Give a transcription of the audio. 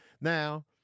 Now